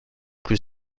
plus